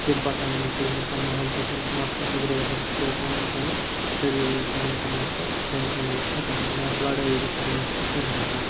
تمہِ پَتَن یُتھُے مطلب محلہٕ زِٹھۍ یِن مسلہٕ أنٛزراونہِ حِصہٕ ترٛوو پَنُن پَنُن سٲری روٗدۍ پانہٕ پانَس سۭتۍ ٹٮ۪نشَن روٗز ختم نہ ٲس لَڑٲیی گژھان نہ ٲس پَتہٕ کینٛہہ گژھان